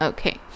Okay